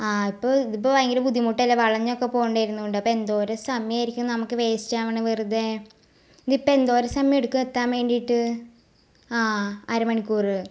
ആ ഇപ്പോൾ ഇതിപ്പോൾ ഭയങ്കര ബുദ്ധിമുട്ടല്ലേ വളഞ്ഞൊക്കെ പോവേണ്ടി വരുന്നതുകൊണ്ട് അപ്പം എന്തോരം സമയമായിരിക്കും നമുക്ക് വേസ്റ്റ് ആവുന്നത് വെറുതെ ഇതിപ്പം എന്തോരം സമയം എടുക്കും എത്താൻ വേണ്ടിയിട്ട് ആ അര മണിക്കൂർ